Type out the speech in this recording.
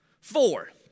Four